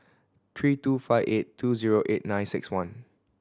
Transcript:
three two five eight two zero eight nine six one